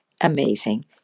Amazing